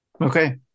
Okay